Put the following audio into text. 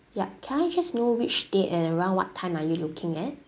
ya can I just know which date and around what time are you looking at